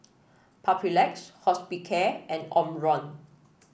Papulex Hospicare and Omron